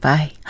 Bye